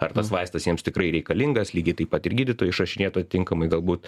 ar tas vaistas jiems tikrai reikalingas lygiai taip pat ir gydytojai išrašinėtų a tinkamai galbūt